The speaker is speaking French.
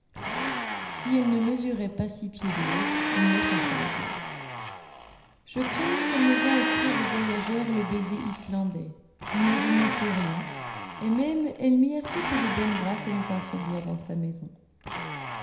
si elle ne mesurait pas six pieds de haut il ne s'en fallait guère je craignais qu'elle ne vînt offrir aux voyageurs le baiser islandais mais il n'en fut rien et même elle mit assez peu de bonne grâce à nous introduire dans sa maison